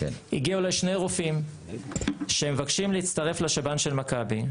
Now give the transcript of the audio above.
הגיעו אליי שני רופאים שמבקשים להצטרף לשב"ן של מכבי.